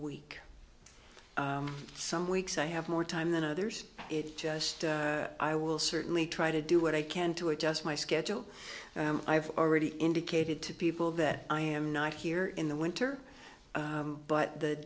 week some weeks i have more time than others it just i will certainly try to do what i can to adjust my schedule i've already indicated to people that i am not here in the winter but the